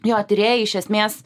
jo tyrėjai iš esmės